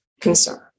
concern